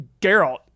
Geralt